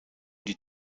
die